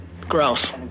gross